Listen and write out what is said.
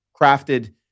crafted